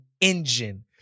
engine